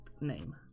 name